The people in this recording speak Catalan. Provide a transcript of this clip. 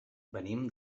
venim